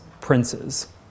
princes